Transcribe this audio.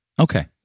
okay